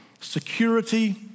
security